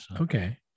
Okay